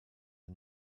had